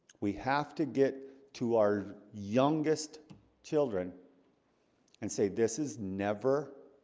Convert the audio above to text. we have to get to our youngest children and say, this is never